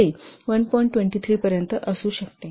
23 पर्यंत असू शकते